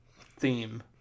theme